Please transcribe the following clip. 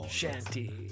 shanty